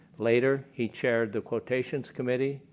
later he chaired the quotations committee,